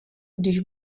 když